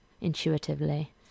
intuitively